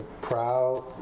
proud